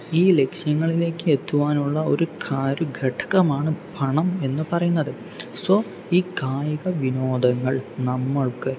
ഈ ലക്ഷ്യങ്ങളിലേക്ക് എത്തുവാനുള്ള ഒരു ഘടകമാണ് പണം എന്നു പറയുന്നത് സോ ഈ കായിക വിനോദങ്ങൾ നമ്മൾക്ക്